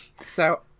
So-